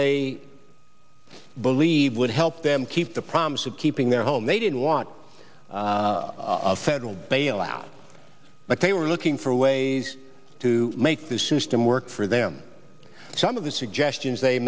they believe would help them keep the promise of keeping their home they didn't want a federal bailout but they were looking for ways to make the system work for them some of the suggestions they